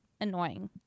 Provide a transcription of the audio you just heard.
annoying